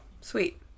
sweet